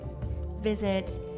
Visit